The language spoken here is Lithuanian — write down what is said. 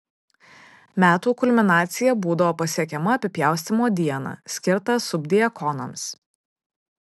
metų kulminacija būdavo pasiekiama apipjaustymo dieną skirtą subdiakonams